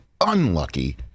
unlucky